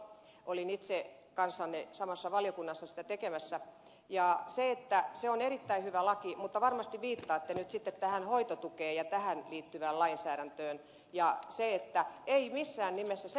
olin itse kanssanne samassa valiokunnassa sitä tekemässä ja se on erittäin hyvä laki mutta varmasti viittaatte nyt sitten tähän hoitotukeen ja tähän liittyvään lainsäädäntöön ja se että ei missään nimessä se